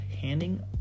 handing